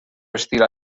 estil